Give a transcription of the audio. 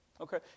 Okay